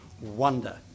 wonder